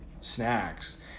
snacks